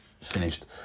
finished